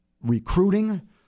recruiting